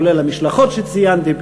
כולל המשלחות שציינתי,